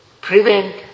prevent